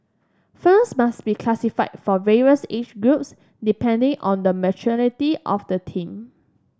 films must be classified for various age groups depending on the maturity of the theme